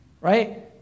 Right